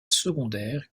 secondaire